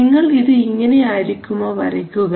നിങ്ങൾ ഇത് ഇങ്ങനെ ആയിരിക്കുമോ വരയ്ക്കുക